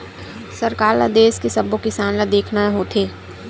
सरकार ल देस के सब्बो किसान ल देखना होथे